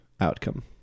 outcome